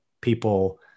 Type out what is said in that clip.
people